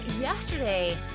yesterday